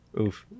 Oof